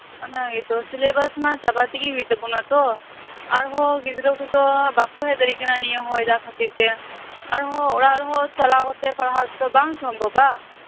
ᱚᱱᱟᱜᱮᱛᱚ syllabus ᱢᱟ ᱪᱟᱵᱟ ᱛᱮᱜᱮ ᱦᱩᱭᱩᱜ ᱛᱟᱵᱚᱱᱟ ᱛᱚ ᱟᱨ ᱦᱚᱸ ᱜᱤᱫᱽᱨᱟᱹ ᱠᱚᱫᱚ ᱵᱟᱠᱚ ᱦᱮᱡ ᱫᱟᱲᱮᱭᱟᱜ ᱠᱟᱱᱟ ᱱᱤᱭᱟᱹ ᱦᱚᱭ ᱫᱟᱜ ᱠᱷᱟᱹᱛᱤᱨ ᱛᱮ ᱟᱨᱦᱚᱸ ᱚᱲᱟᱜ ᱨᱮᱦᱚᱸ ᱪᱟᱞᱟᱣ ᱠᱟᱛᱮᱜ ᱵᱟᱝ ᱥᱚᱢᱵᱷᱚᱵᱼᱟ